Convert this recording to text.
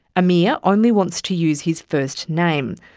amir only wants to use his first name.